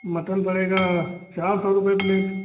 mutton पड़ेगा चार सौ रुपये प्लेट